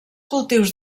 cultius